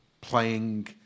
playing